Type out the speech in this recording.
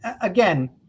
again